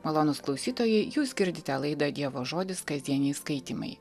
malonūs klausytojai jūs girdite laidą dievo žodis kasdieniai skaitymai